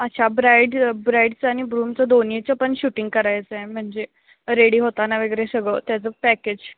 अच्छा ब्राईड ब्राईडचं आणि ग्रूमचं दोन्हीचं पण शूटिंग करायचं आहे म्हणजे रेडी होताना वगैरे सगळं त्याचं पॅकेज